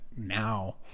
now